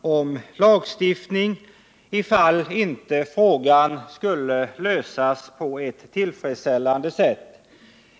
om lagstiftning, för den händelse att frågan inte skulle lösas på ett tillfredsställande sätt.